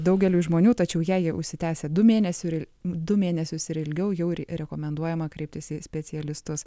daugeliui žmonių tačiau jei jie užsitęsia du mėnesių ir du mėnesius ir ilgiau jau ir rekomenduojama kreiptis į specialistus